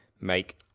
make